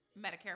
Medicare